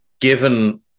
given